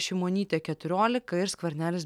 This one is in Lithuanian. šimonytė keturiolika ir skvernelis